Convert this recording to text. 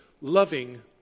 loving